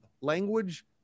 language